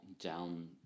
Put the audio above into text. down